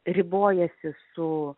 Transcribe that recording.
ribojasi su